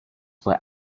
were